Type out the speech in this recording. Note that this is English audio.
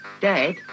Dad